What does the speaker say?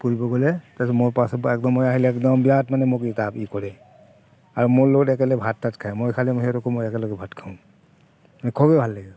ফুৰিব গ'লে তাৰপিছত মোৰ আৰু মোৰ লগত একেলগে ভাত তাত খায় মই খালি মই একেলগে সিহঁতৰ লগত ভাত খাওঁ খুবেই ভাল লাগে